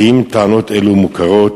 האם טענות אלו מוכרות?